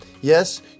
Yes